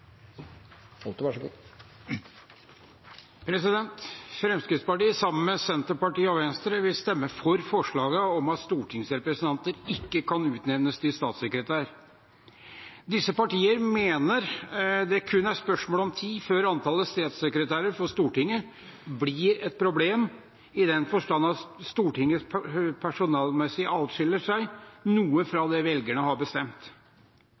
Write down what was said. Fremskrittspartiet, sammen med Senterpartiet og Venstre, vil stemme for forslaget om at stortingsrepresentanter ikke kan utnevnes til statssekretærer. Disse partier mener det kun er spørsmål om tid før antallet statssekretærer fra Stortinget blir et problem i den forstand at Stortinget personellmessig adskiller seg noe fra det som velgerne har bestemt.